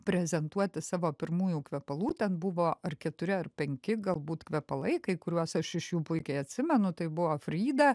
prezentuoti savo pirmųjų kvepalų ten buvo ar keturi ar penki galbūt kvepalai kai kuriuos aš iš jų puikiai atsimenu tai buvo fryda